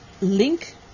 link